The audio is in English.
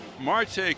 Marte